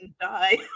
die